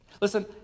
Listen